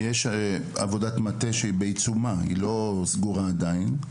יש עבודת מטה שנמצאת בעיצומה, היא לא סגורה עדיין.